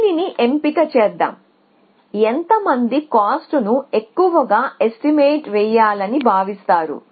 దీనిని ఎంపిక చేద్దాం ఎంత మంది కాస్ట్ ను ఎక్కువగా ఎస్టిమేట్ వేయాలని భావిస్తారు